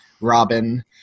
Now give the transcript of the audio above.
Robin